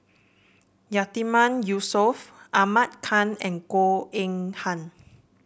Yatiman Yusof Ahmad Khan and Goh Eng Han